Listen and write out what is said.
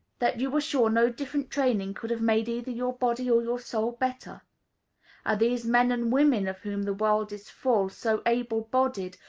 that you are sure no different training could have made either your body or your soul better? are these men and women, of whom the world is full, so able-bodied,